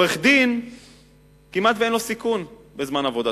בביטוח לאומי לעורך-דין כמעט אין סיכון בזמן עבודתו.